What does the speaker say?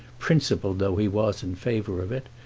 principled though he was in favour of it,